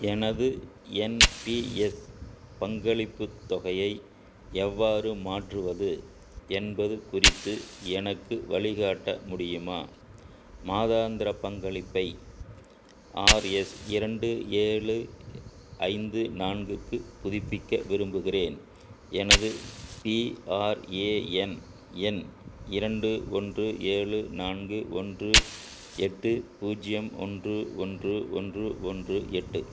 எனது என்பிஎஸ் பங்களிப்புத் தொகையை எவ்வாறு மாற்றுவது என்பது குறித்து எனக்கு வழிகாட்ட முடியுமா மாதாந்திர பங்களிப்பை ஆர்எஸ் இரண்டு ஏழு ஐந்து நான்குக்கு புதுப்பிக்க விரும்புகிறேன் எனது பிஆர்ஏஎன் எண் இரண்டு ஒன்று ஏழு நான்கு ஒன்று எட்டு பூஜ்ஜியம் ஒன்று ஒன்று ஒன்று ஒன்று எட்டு